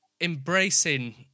embracing